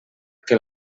que